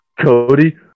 Cody